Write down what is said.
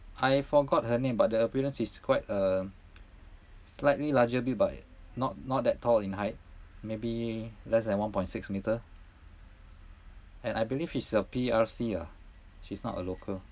I forgot her name but the appearance is quite a slightly larger build but not not that tall in height maybe less than one point six metre and I believe she's a P_R_C ah she's not a local